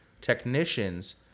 technicians